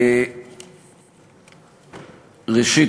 ראשית,